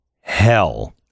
Hell